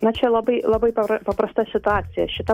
na čia labai labai per paprasta situacija šita